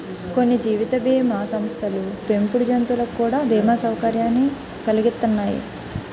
కొన్ని జీవిత బీమా సంస్థలు పెంపుడు జంతువులకు కూడా బీమా సౌకర్యాన్ని కలిగిత్తన్నాయి